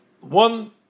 one